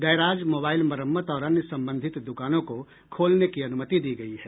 garage mobile मरम्मत और अन्य संबंधित दुकानों को खोलने की अनुमति दी गयी है